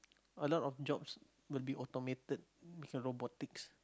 a lot of jobs will be automated with robotics